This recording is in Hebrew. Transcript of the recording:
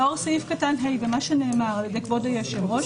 לאור סעיף קטן (ה) ומה שנאמר על ידי כבוד היושב-ראש,